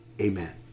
Amen